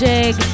Jig